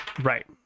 right